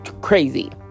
crazy